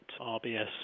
RBS